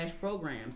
programs